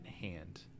hand